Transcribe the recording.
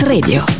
Radio